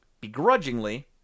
begrudgingly